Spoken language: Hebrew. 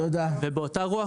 באותה רוח,